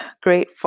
great